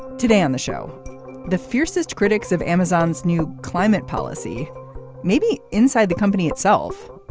today on the show the fiercest critics of amazon's new climate policy maybe inside the company itself.